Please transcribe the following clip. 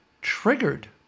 triggered